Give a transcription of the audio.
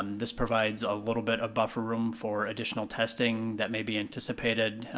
um this provides a little bit of buffer room for additional testing that may be anticipated,